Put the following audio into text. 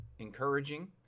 Encouraging